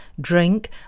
drink